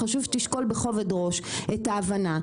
חשוב שתשקול בכובד ראש את ההבנה,